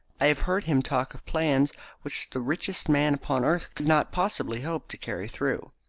i have heard him talk of plans which the richest man upon earth could not possibly hope to carry through.